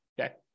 Okay